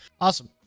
awesome